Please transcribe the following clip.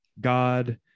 god